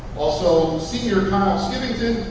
also, senior kyle skivington,